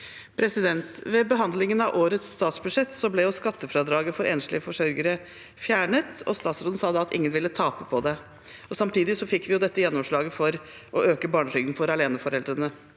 Ved behandlingen av årets statsbudsjett ble skattefradraget for enslige forsørgere fjernet, og statsråden sa da at ingen ville tape på det. Samtidig fikk vi dette gjennomslaget for å øke barnetrygden for aleneforeldrene.